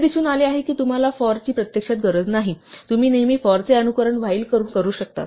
असे दिसून आले की तुम्हाला for ची प्रत्यक्षात गरज नाही तुम्ही नेहमी for चे अनुकरण while करून करू शकता